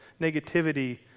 negativity